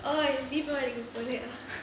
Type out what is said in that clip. oh எப்படிப்பா இருக்க போகுது:epdipaa iruka poguthu